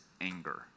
anger